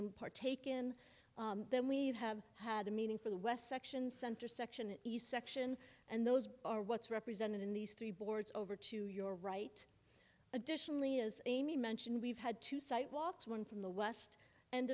and partake in then we have had a meeting for the west section center section in the section and those are what's represented in these three boards over to your right additionally is amy mentioned we've had two site waltz one from the west end